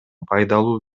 пайдалуу